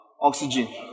oxygen